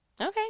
Okay